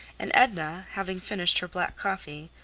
and edna, having finished her black coffee,